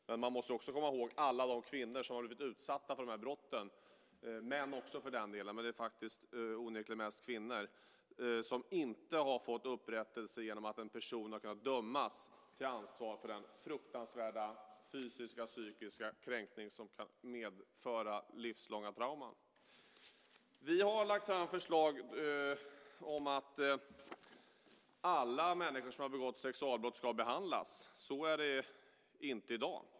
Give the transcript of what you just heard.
Men man måste också komma ihåg alla de kvinnor som har blivit utsatta för de här brotten - män också för den delen, men det är onekligen mest kvinnor - som inte har fått upprättelse genom att en person har kunnat dömas till ansvar för denna fruktansvärda fysiska och psykiska kränkning som kan medföra livslånga trauman. Vi har lagt fram förslag om att alla människor som har begått sexualbrott ska behandlas. Så är det inte i dag.